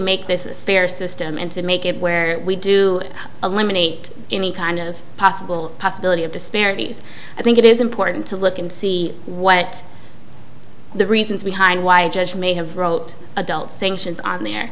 make this a fair system and to make it where we do eliminate any kind of possible possibility of disparities i think it is important to look and see what the reasons behind why i just may have wrote adult sanctions are there